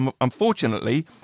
unfortunately –